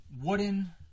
wooden